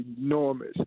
enormous